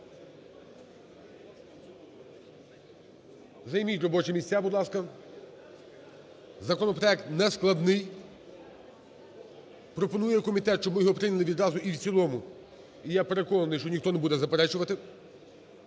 Займіть робочі місця, будь ласка. Законопроект нескладний. Пропонує комітет, щоб ми його прийняли відразу і в цілому. І я переконаний, що ніхто не буде заперечувати.